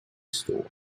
store